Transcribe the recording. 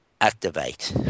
activate